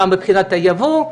גם מבחינת היבוא,